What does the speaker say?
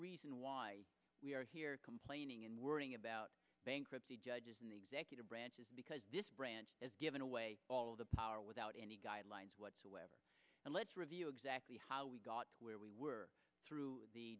reason why we are here complaining and worrying about bankruptcy judges in the executive branch is because this branch is given away all of the power without any guidelines whatsoever and let's review exactly how we got to where we were through